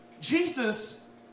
Jesus